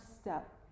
step